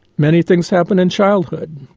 many things happen in childhood.